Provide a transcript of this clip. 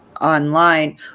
online